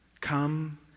Come